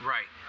Right